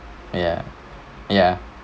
ya ya